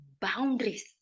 boundaries